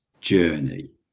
journey